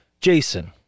Jason